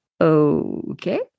Okay